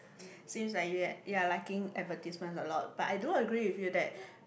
seems like you had you are liking advertisements a lot but I do agree with you that